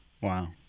Wow